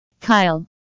Kyle